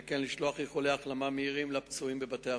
וכן לשלוח איחולי החלמה מהירים לפצועים בבתי-החולים.